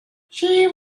she